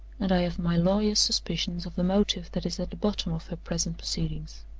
and i have my lawyer's suspicions of the motive that is at the bottom of her present proceedings.